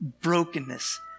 brokenness